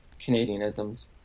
Canadianisms